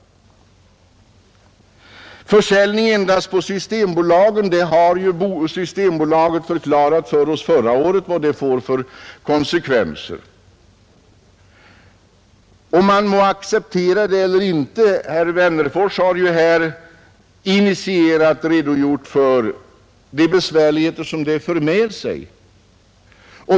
Vad försäljning endast i systembutiker får för konsekvenser har Systembolaget förklarat för oss förra året; man må acceptera det eller inte. Herr Wennerfors har här initierat redogjort för de besvärligheter som den metoden för med sig.